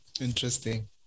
interesting